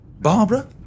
Barbara